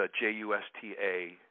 J-U-S-T-A